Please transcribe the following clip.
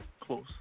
close